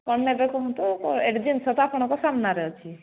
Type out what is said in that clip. କ'ଣ ନେବେ କୁହନ୍ତୁ ଜିନଷ ତ ଏବେ ଆପଣଙ୍କ ସାମ୍ନାରେ ଅଛି